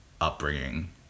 upbringing